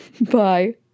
Bye